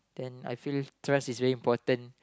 then I feel trust is very important